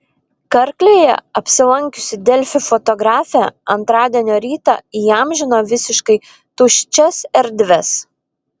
karklėje apsilankiusi delfi fotografė antradienio rytą įamžino visiškai tuščias erdves